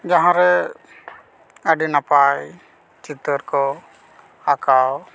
ᱡᱟᱦᱟᱸᱨᱮ ᱟᱹᱰᱤ ᱱᱟᱯᱟᱭ ᱪᱤᱛᱟᱹᱨ ᱠᱚ ᱟᱸᱠᱟᱣ